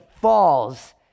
falls